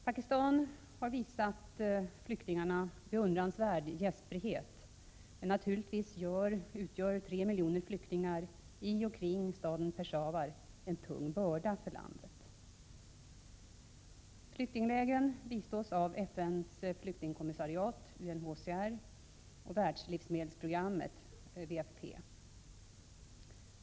Pakistan har visat flyktingarna beundransvärd gästfrihet, men naturligtvis utgör tre miljoner flyktingar i och kring staden Peshawar en tung börda för landet. Flyktinglägren bistås av FN:s flyktingkommissariat och Världslivsmedelsprogrammet .